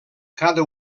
cada